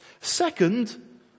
Second